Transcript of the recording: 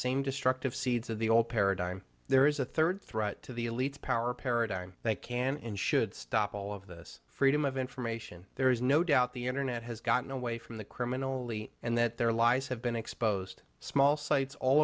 same destructive seeds of the old paradigm there is a third threat to the elite power paradigm that can and should stop all of this freedom of information there is no doubt the internet has gotten away from the criminally and that their lies have been exposed small sites all